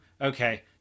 Okay